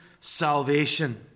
salvation